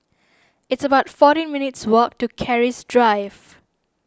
it's about fourteen minutes' walk to Keris Drive